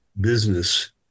business